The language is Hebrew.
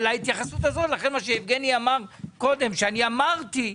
לכן מה שיבגני אמר קודם שאמרתי,